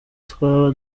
twaba